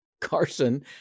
carson